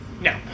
No